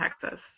Texas